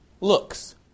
looks